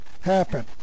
happen